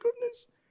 goodness